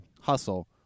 Hustle